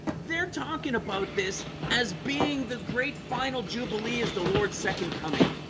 they're talking about this as being the great final jubilee is the lord's second coming